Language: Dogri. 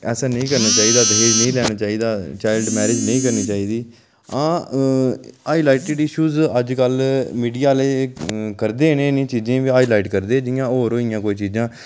ऐसा नेईं करना चाहिदा दाज नेईं लैना चाहिदा चाइल्ड मैरिज नेईं करना चाहिदी हां हाईलेटेड़ इश्यू अजकल मीडिया आह्ले करदे न एह् नेह् चीजें गी हाईलाइट करदे जि'यां होर होई गेइयां कोई चीजां